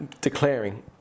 declaring